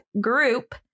group